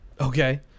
Okay